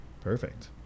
perfect